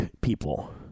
people